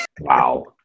Wow